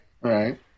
Right